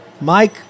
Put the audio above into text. Mike